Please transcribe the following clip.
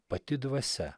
pati dvasia